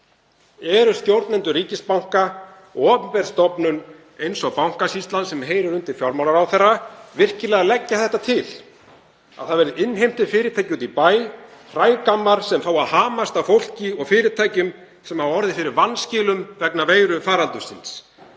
Eru stjórnendur ríkisbanka, opinber stofnun eins og Bankasýslan sem heyrir undir fjármálaráðherra, virkilega að leggja til að það verði innheimtufyrirtæki úti í bæ, hrægammar, sem fái að hamast á fólki og fyrirtækjum sem hafa orðið fyrir vanskilum vegna veirufaraldursins?